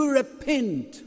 repent